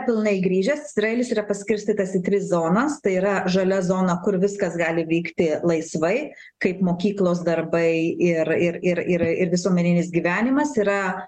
pilnai grįžęs izraelis yra paskirstytas į tris zonas tai yra žalia zona kur viskas gali vykti laisvai kaip mokyklos darbai ir ir ir ir ir visuomeninis gyvenimas yra